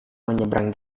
menyeberang